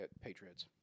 Patriots